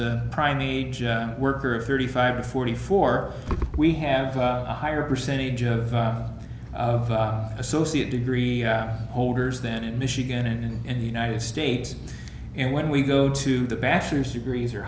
the prime age a worker of thirty five or forty four we have a higher percentage of associate degree holders then in michigan and in the united states and when we go to the bachelor's degrees or